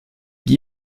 guy